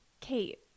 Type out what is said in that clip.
Kate